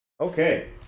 okay